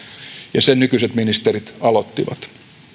ja sen nykyiset ministerit aloittivat